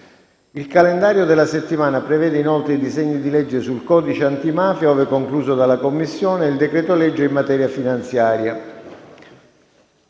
Il calendario della settimana prevede inoltre i disegni di legge sul codice antimafia, ove concluso dalla Commissione, e il decreto-legge in materia finanziaria.